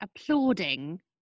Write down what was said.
applauding